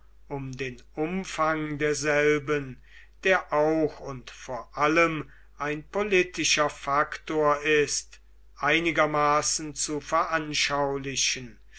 um den umfang derselben der auch und vor allem ein politischer faktor ist einigermaßen zu veranschaulichen